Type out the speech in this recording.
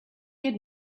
had